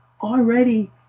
already